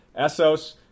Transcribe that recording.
Essos